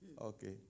Okay